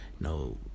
no